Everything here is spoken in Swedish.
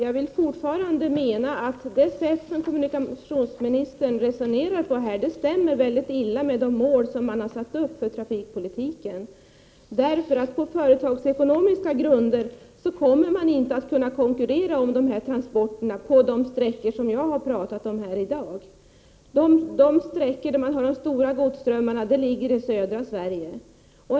Herr talman! Jag anser fortfarande att kommunikationsministerns sätt att resonera stämmer mycket dåligt överens med de mål som regeringen har satt upp för trafikpolitiken. SJ kommer nämligen aldrig att på företagsekonomiska grunder kunna konkurrera om transporter på de sträckor som jag har talat 47 om här i dag. De sträckor som har de stora godsströmmarna finns i södra Sverige.